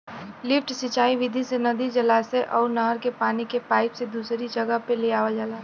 lift सिंचाई विधि से नदी, जलाशय अउर नहर के पानी के पाईप से दूसरी जगह पे लियावल जाला